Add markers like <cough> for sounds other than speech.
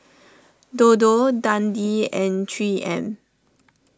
Dodo <noise> Dundee and three M